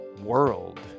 world